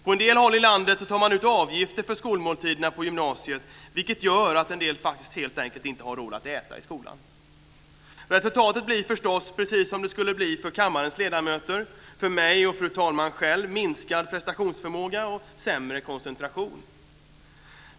På en del håll i landet tar man ut avgifter för skolmåltiderna på gymnasiet, vilket gör att en del helt enkelt inte har råd att äta i skolan. Resultatet blir förstås precis som det skulle bli för kammarens ledamöter, för mig och för fru talman själv: minskad prestationsförmåga och sämre koncentration.